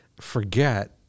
forget